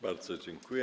Bardzo dziękuję.